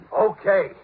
Okay